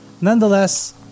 nonetheless